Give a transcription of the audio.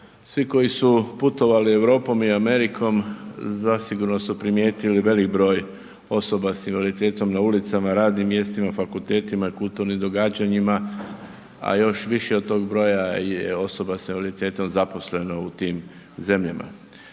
Svi koji su putovali Europom i Amerikom zasigurno su primijetili velik broj osoba sa invaliditetom na ulicama, radnim mjestima, fakultetima, kulturnim događanjima a još više od tog broja je osoba sa invaliditetom zaposleno u tim zemljama.